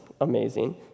amazing